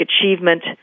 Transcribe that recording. achievement